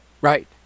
Right